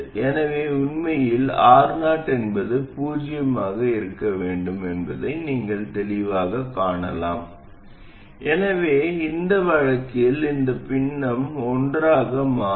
எனவே உண்மையில் Ro என்பது பூஜ்ஜியமாக இருக்க வேண்டும் என்பதை நீங்கள் தெளிவாகக் காணலாம் எனவே இந்த வழக்கில் இந்த பின்னம் ஒன்றாக மாறும்